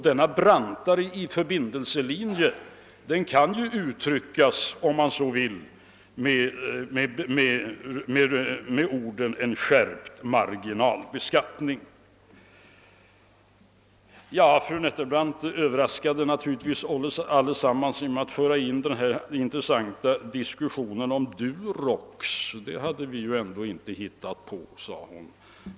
Denna brantare förbindelselinje kan ju uttryckas, om man så vill, med orden »en skärpt marginalbeskattning«. Fru Nettelbrandt överraskade naturligtvis oss alla genom att ta upp den intressanta diskussionen om Durox. »Detta har vi i folkpartiet ändå inte hittat på», sade hon.